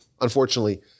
unfortunately